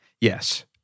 Yes